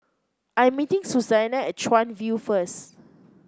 I am meeting Susannah at Chuan View first